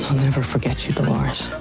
never forget you, dolores.